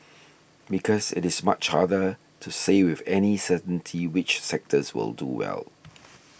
because it is much harder to say with any certainty which sectors will do well